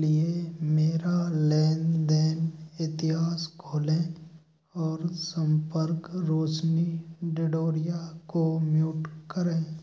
लिए मेरा लेन देन इतिहास खोलें और संपर्क रोशनी ढिंढोरिया को म्यूट करें